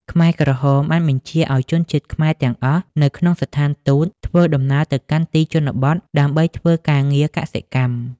ខ្មែរក្រហមបានបញ្ជាឱ្យជនជាតិខ្មែរទាំងអស់នៅក្នុងស្ថានទូតធ្វើដំណើរទៅកាន់ទីជនបទដើម្បីធ្វើការងារកសិកម្ម។